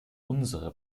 unsere